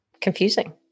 confusing